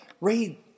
read